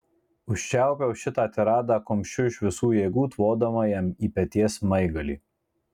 užčiaupiau šitą tiradą kumščiu iš visų jėgų tvodama jam į peties smaigalį